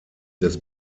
des